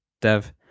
dev